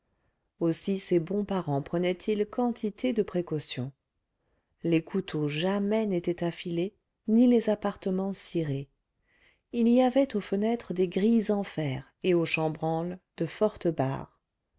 aussi ces bons parents prenaient-ils quantité de précautions les couteaux jamais n'étaient affilés ni les appartements cirés il y avait aux fenêtres des grilles en fer et aux chambranles de fortes barres